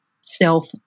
self